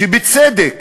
שבצדק